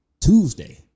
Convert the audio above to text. Tuesday